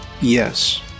Yes